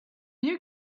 you